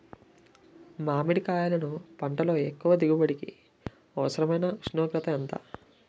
మామిడికాయలును పంటలో ఎక్కువ దిగుబడికి అవసరమైన ఉష్ణోగ్రత ఎంత?